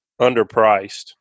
underpriced